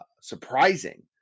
surprising